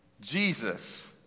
Jesus